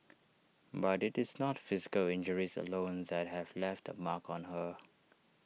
but IT is not physical injuries alone that have left A mark on her